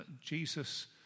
jesus